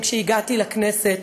כשהגעתי לכנסת,